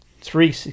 three